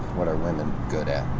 what are women good at?